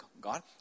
God